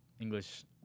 English